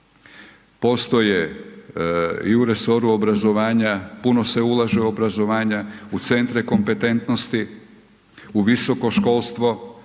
postoje i u resoru obrazovanja, puno se ulaže u obrazovanje, u centre kompetentnosti, u visoko školstvo